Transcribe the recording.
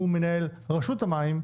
הוא מנהל רשות המים,